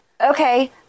Okay